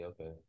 okay